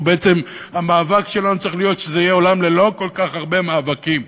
ובעצם המאבק שלנו צריך להיות שזה יהיה עולם ללא כל כך הרבה מאבקים,